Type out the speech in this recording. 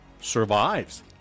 survives